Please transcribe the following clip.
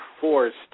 forced